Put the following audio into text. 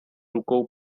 rukou